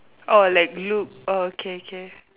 orh like look orh okay k